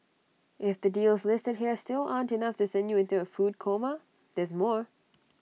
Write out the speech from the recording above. if the deals listed here still aren't enough to send you into A food coma there's more